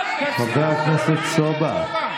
חבר הכנסת סובה.